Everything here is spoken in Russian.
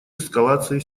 эскалации